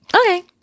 okay